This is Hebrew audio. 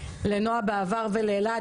לנועה בעבר ולאלעד,